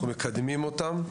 ומקדמים אותם.